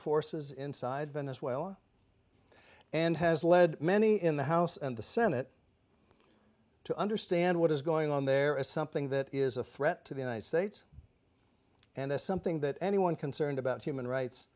forces inside venezuela and has led many in the house and the senate to understand what is going on there as something that is a threat to the united states and it's something that anyone concerned about human rights